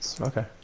Okay